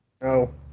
No